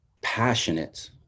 passionate